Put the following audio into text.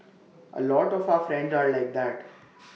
A lot of our friends are like that